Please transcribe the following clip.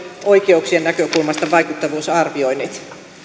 oikeuksien näkökulmasta vaikuttavuusarvioinnit